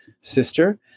sister